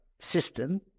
system